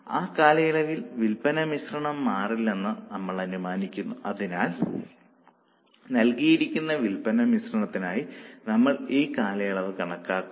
ആ കാലയളവിൽ വിൽപ്പന മിശ്രണം മാറില്ലെന്ന് നമ്മൾ അനുമാനിക്കുന്നു അതിനാൽ നൽകിയിരിക്കുന്ന വിൽപ്പന മിശ്രണത്തിനായി നമ്മൾ ഈ കാലയളവ് കണക്കാക്കുന്നു